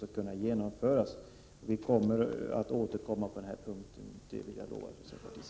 Jag kan för centerns del lova att vi skall återkomma på denna punkt.